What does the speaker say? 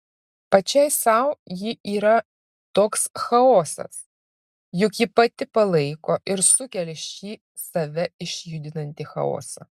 pačiai sau ji yra toks chaosas juk ji pati palaiko ir sukelia šį save išjudinantį chaosą